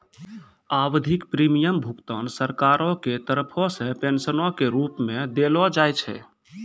आवधिक प्रीमियम भुगतान सरकारो के तरफो से पेंशनो के रुप मे देलो जाय छै